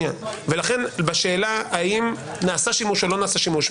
לכן בשאלה האם נעשה שימוש או לא נעשה שימוש,